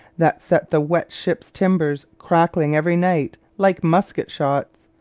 that set the wet ship's timbers crackling every night like musket shots,